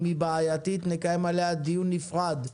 היא בעייתית נקיים עליה דיון נפרד,